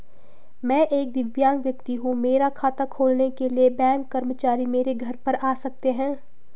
मैं एक दिव्यांग व्यक्ति हूँ मेरा खाता खोलने के लिए बैंक कर्मचारी मेरे घर पर आ सकते हैं?